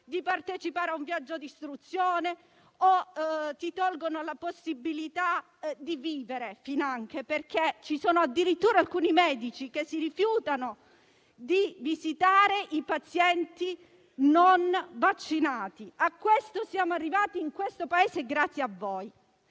di partecipare a un viaggio d'istruzione e finanche di vivere. Ci sono addirittura alcuni medici che si rifiutano di visitare i pazienti non vaccinati. A questo siamo arrivati in questo Paese grazie a voi,